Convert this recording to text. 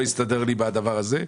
הדבר השני.